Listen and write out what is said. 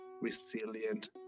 resilient